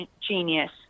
Genius